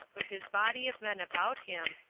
with his body of men about him,